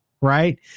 Right